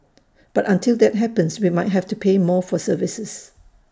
but until that happens we might have to pay more for services